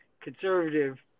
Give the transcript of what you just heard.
conservative